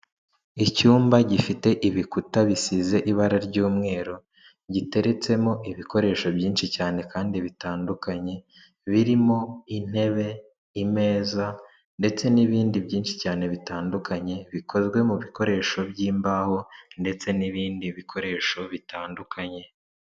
Icyumba gifite ibikuta bisize ibara ry'umweru, giteretsemo ibikoresho byinshi cyane kandi bitandukanye, birimo intebe imeza ndetse n'ibindi byinshi cyane bitandukanye, bikozwe mu bikoresho by'imbaho ndetse n'ibindi bikoresho bitandukanye.